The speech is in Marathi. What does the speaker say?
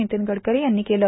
नितीन गडकरी यांनी केलं